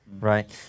Right